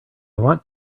want